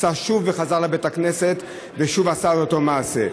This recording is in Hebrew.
עשה שוב, חזר לבית הכנסת ושוב עשה את אותו מעשה.